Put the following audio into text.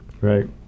Right